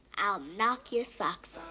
i'll knock your socks